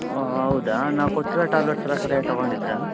ಹಾಂ ಹೌದಾ ನಾವು ಕೊಟ್ಟಿರೋ ಟ್ಯಾಬ್ಲೆಟ್ಸೆಲ್ಲ ಸರಿಯಾಗಿ ತಗೊಂಡಿದ್ರಾ